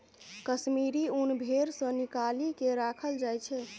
कश्मीरी ऊन भेड़ सँ निकालि केँ राखल जाइ छै